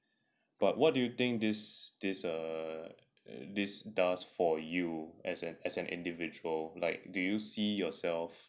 but what do you think this this err this does for you as an as an individual like do you see yourself